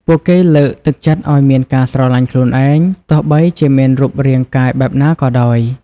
ពួកគេលើកទឹកចិត្តឲ្យមានការស្រលាញ់ខ្លួនឯង ទោះបីជាមានរូបរាងកាយបែបណាក៏ដោយ។